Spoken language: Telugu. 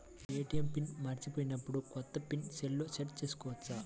ఏ.టీ.ఎం పిన్ మరచిపోయినప్పుడు, కొత్త పిన్ సెల్లో సెట్ చేసుకోవచ్చా?